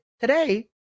today